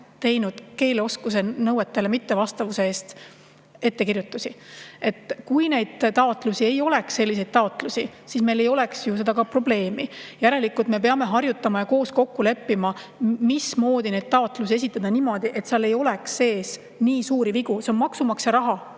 teinud keeleoskuse nõuetele mittevastavuse eest ettekirjutusi. Kui niisuguseid taotlusi ei oleks, siis meil ei oleks ka seda probleemi. Järelikult me peame harjutama ja koos kokku leppima, mismoodi neid taotlusi esitada niimoodi, et seal ei oleks sees nii suuri vigu. See on maksumaksja raha,